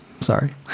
Sorry